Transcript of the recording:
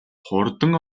хурдан